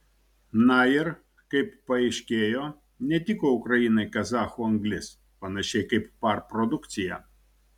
na ir kaip paaiškėjo netiko ukrainai kazachų anglis panašiai kaip par produkcija